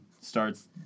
starts